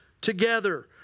together